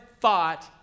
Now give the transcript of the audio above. fought